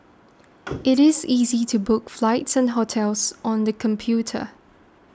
it is easy to book flights and hotels on the computer